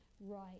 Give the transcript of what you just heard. right